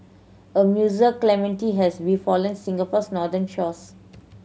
a mussel calamity has befallen Singapore's northern shores